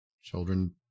children